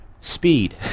Speed